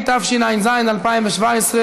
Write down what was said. התשע"ז 2017,